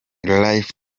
life